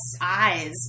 eyes